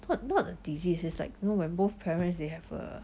[what] not a disease is like when both parents they have uh